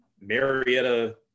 Marietta